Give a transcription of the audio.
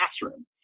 classroom